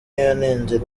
yanenze